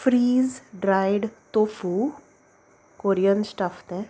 fridge dried tofu Korean stuff तें